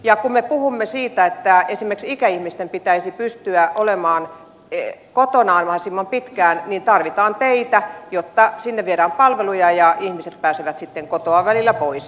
ja kun me puhumme siitä että esimerkiksi ikäihmisten pitäisi pystyä olemaan kotonaan mahdollisimman pitkään niin tarvitaan teitä jotta sinne viedään palveluja ja ihmiset pääsevät sitten kotoa välillä pois